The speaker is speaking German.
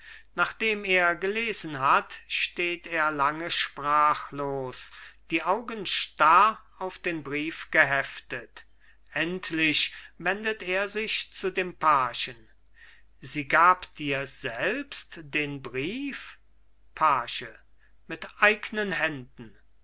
nachdem er gelesen hat steht er lange sprachlos die augen starr auf den brief geheftet endlich wendet er sich zu dem pagen sie gab dir selbst den brief page mit eignen händen